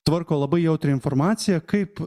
tvarko labai jautrią informaciją kaip